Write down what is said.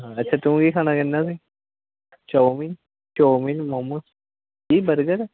ਹਾਂ ਅੱਛਾ ਤੂੰ ਕੀ ਖਾਣਾ ਚਾਹੁੰਦਾ ਸੀ ਚੋਵੀ ਚੋਵਿਨ ਮੋਮੋਜ਼ ਕੀ ਬਰਗਰ